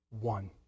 one